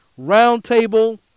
Roundtable